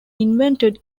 invented